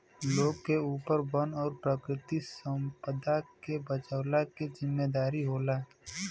लोग के ऊपर वन और प्राकृतिक संपदा के बचवला के जिम्मेदारी होला